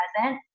present